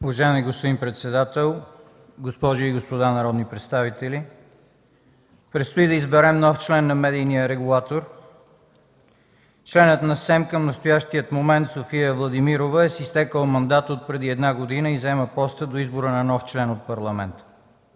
Уважаеми господин председател, госпожи и господа народни представители! Предстои да изберем нов член на медийния регулатор. Членът на СЕМ към настоящия момент София Владимирова е с изтекъл мандат отпреди една година и заема поста до избора на нов член от Парламента.